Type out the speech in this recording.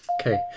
Okay